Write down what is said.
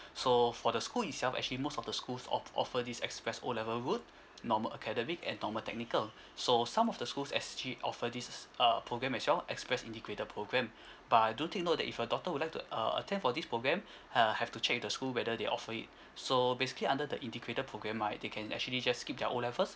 so for the school itself actually most of the schools of~ offer this express O level route normal academic and normal technical so some of the schools actually offer this uh programme as well express integrated programme but do take note that if your daughter would like to err attend for this programme uh have to check with the school whether they offer it so basically under the integrated programme right they can actually just skip their O levels